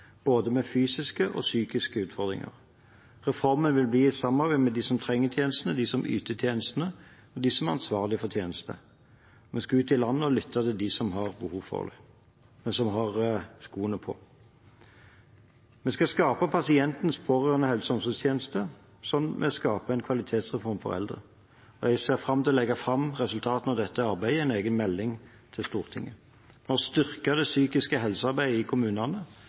både med fysiske og psykiske utfordringer. Reformen vil bli til i samarbeid med dem som trenger tjenestene, dem som yter tjenestene, og dem som er ansvarlige for tjenestene. Vi skal ut i landet og lytte til dem som har behov for det – de som har skoene på. Vi skal skape pasientens og pårørendes helse- og omsorgstjeneste, som vi skaper en kvalitetsreform for eldre. Jeg ser fram til å legge fram resultatene av dette arbeidet i en egen melding til Stortinget. Vi har styrket det psykiske helsearbeidet i kommunene,